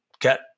get